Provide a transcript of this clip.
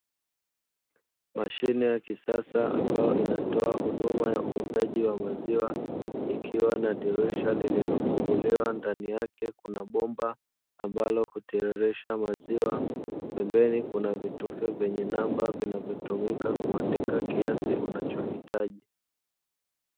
Mashine ya kisasa ambayo inatoa huduma ya uuzaji wa maziwa, ikiwa na dirisha lililofunguliwa ndani yake kuna bomba ambalo hutiririsha maziwa. Pembeni kuna vitufe vyenye namba vinavyotumika kuandika kiasi unachohitaji.